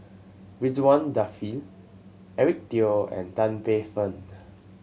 Ridzwan Dzafir Eric Teo and Tan Paey Fern